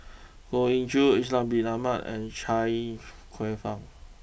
Goh Ee Choo Ishak Bin Ahmad and Chia Kwek Fah